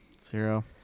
Zero